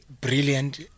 brilliant